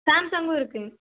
சாம்சங்கும் இருக்குது